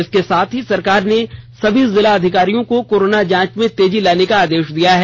इसके साथ ही सरकार ने सभी जिला अधिकारियों को कोरोना जांच में तेजी लाने का आदेश दिया है